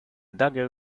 dagger